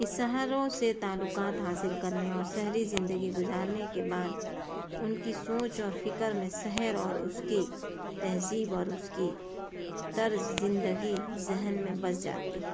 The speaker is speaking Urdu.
کہ شہروں سے تعلقات حاصل کرنے اور شہری زندگی گزارنے کے بعد ان کی سوچ اور فکر میں شہر اور اس کی تہذیب اور اس کی طرز زندگی ذہن میں بس جاتی ہے